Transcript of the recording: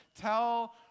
tell